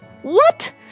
What